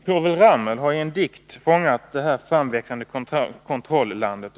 Povel Ramel har i en dikt fångat det framväxande kontroll-landet.